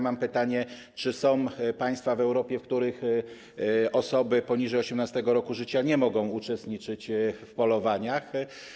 Mam pytanie: Czy są państwa w Europie, w których osoby poniżej 18. roku życia nie mogą uczestniczyć w polowaniach?